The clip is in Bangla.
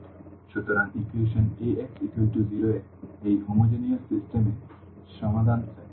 সুতরাং ইকুয়েশন Ax 0 এর এই হোমোজেনিয়াস সিস্টেমের সমাধান সেট